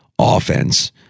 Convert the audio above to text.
offense